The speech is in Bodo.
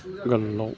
गोल्लाव